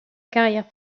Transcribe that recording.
carrière